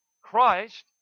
Christ